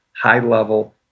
high-level